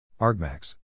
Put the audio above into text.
argmax